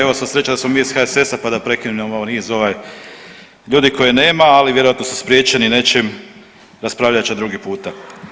Evo sva sreća da smo mi iz HSS-a pa da prekinemo niz ovaj ljudi kojih nema, ali vjerojatno su spriječeni nečim, raspravljat će drugi puta.